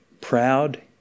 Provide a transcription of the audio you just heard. proud